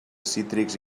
cítrics